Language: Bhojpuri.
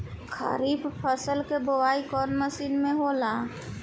खरीफ फसल क बुवाई कौन महीना में होला?